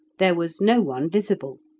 there was no one visible.